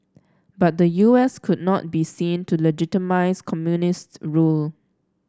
but the U S could not be seen to legitimise communist rule